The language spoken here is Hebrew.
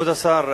כבוד השר,